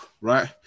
Right